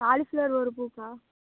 cauliflower ஒரு பூக்கா